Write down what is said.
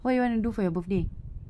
what you want to do for your birthday